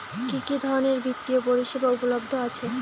কি কি ধরনের বৃত্তিয় পরিসেবা উপলব্ধ আছে?